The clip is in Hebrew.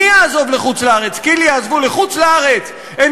מי יעזוב לחוץ-לארץ, כי"ל יעזוב לחוץ-לארץ?